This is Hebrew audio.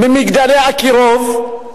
מ"מגדלי אקירוב",